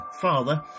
father